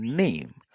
name